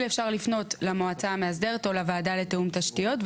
אפשר לפנות למועצה המאסדרת או לוועדה לתיאום תשתיות,